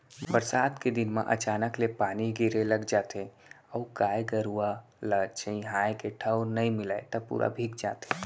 बरसात के दिन म अचानक ले पानी गिरे लग जाथे अउ गाय गरूआ ल छंइहाए के ठउर नइ मिलय त पूरा भींग जाथे